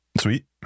sweet